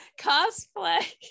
Cosplay